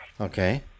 Okay